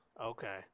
okay